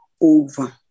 over